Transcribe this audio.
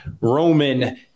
Roman